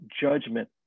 judgment